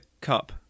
cup